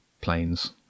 planes